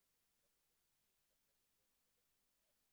מבחינת אותו תחשיב שהחבר'ה פה מדברים עליו.